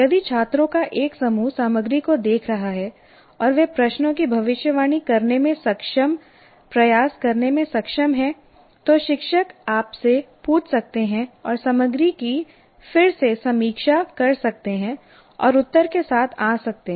यदि छात्रों का एक समूह सामग्री को देख रहा है और वे प्रश्नों की भविष्यवाणी करने में सक्षमप्रयास करने में सक्षम हैं तो शिक्षक आपसे पूछ सकते हैं और सामग्री की फिर से समीक्षा कर सकते हैं और उत्तर के साथ आ सकते हैं